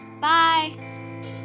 Bye